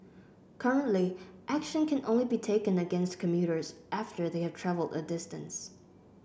currently action can only be taken against commuters after they have travelled a distance